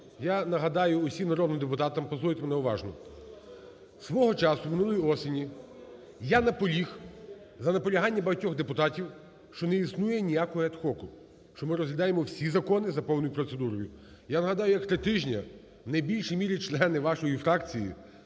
я нагадаю всім народним депутатам, послухайте мене уважно. Свого часу, минулої осені, я наполіг, за наполяганням багатьох депутатів, що не існує ніякого аdhoc, що ми розглядаємо всі закони за повною процедурою. Я нагадаю, як три тижні в найбільшій мірі члени вашої фракції